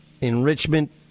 enrichment